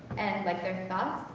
like their thoughts.